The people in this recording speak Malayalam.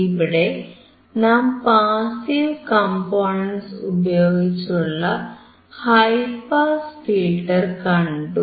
ഇവിടെ നാം പാസീവ് കംപോണന്റ്സ് ഉപയോഗിച്ചുള്ള ഹൈ പാസ് ഫിൽറ്റർ കണ്ടു